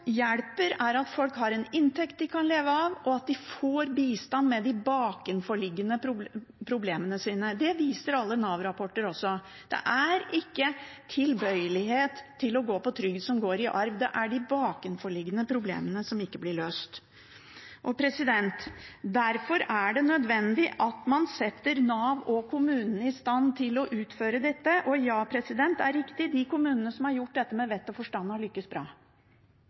hjelper, er at folk har en inntekt de kan leve av, og at de får bistand med de bakenforliggende problemene sine. Det viser alle Nav-rapporter også. Det er ikke tilbøyelighet til å gå på trygd som går i arv, det er de bakenforliggende problemene, som ikke blir løst. Derfor er det nødvendig at man setter Nav og kommunene i stand til å utføre dette. Og ja, det er riktig at de kommunene som har gjort dette med vett og forstand, har lyktes bra